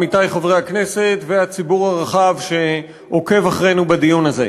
עמיתי חברי הכנסת והציבור הרחב שעוקב אחרינו בדיון הזה,